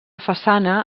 façana